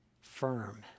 firm